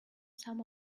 some